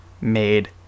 made